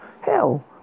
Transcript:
Hell